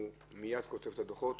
הוא מייד כותב את הדוחות?